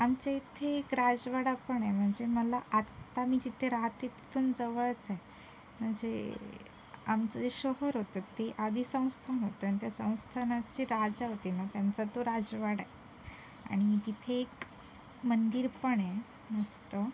आमच्या इथे एक राजवाडा पण आहे म्हणजे मला आता मी जिथे राहते तिथून जवळच आहे म्हणजे आमचं जे शहर होतं ते आधी संस्थान होतं आणि त्या संस्थानाचे राजा होते ना त्यांचा तो राजवाडा आहे आणि तिथे एक मंदिर पण आहे मस्त